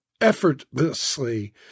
effortlessly